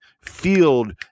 field